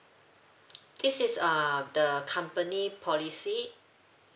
this is uh the company policy